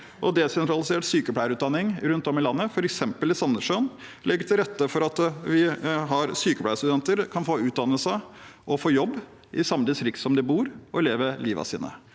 Desentralisert sykepleierutdanning rundt om i landet, f.eks. i Sandnessjøen, legger til rette for at sykepleierstudenter kan få utdanne seg og få jobb i samme distrikt som de bor og lever livet sitt.